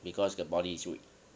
because the body is weak